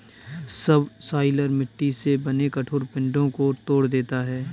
subsoiler मिट्टी से बने कठोर पिंडो को तोड़ देता है